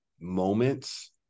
moments